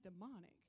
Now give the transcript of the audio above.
demonic